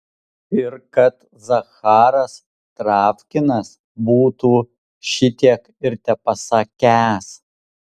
ir kad zacharas travkinas būtų šitiek ir tepasakęs